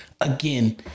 again